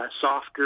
softer